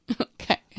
Okay